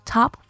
Top